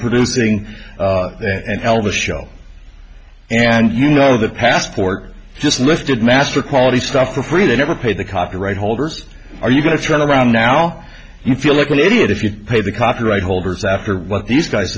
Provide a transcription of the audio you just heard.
producing an elder show and you know the passport just listed master quality stuff for free they never paid the copyright holders are you going to turn around now you feel like an idiot if you pay the copyright holders after what these guys